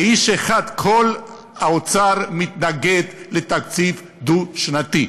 כאיש אחד, כל האוצר מתנגד לתקציב דו-שנתי.